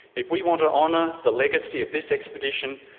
if we want to honour the legacy of this expedition,